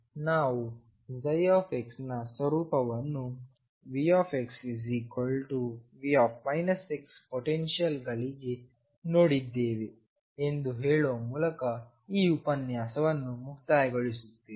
ಆದ್ದರಿಂದ ನಾವು ψ ನ ಸ್ವರೂಪವನ್ನುVxV ಪೊಟೆನ್ಶಿಯಲ್ ಗಳಿಗೆ ನೋಡಿದ್ದೇವೆ ಎಂದು ಹೇಳುವ ಮೂಲಕ ಈ ಉಪನ್ಯಾಸವನ್ನು ಮುಕ್ತಾಯಗೊಳಿಸುತ್ತೇನೆ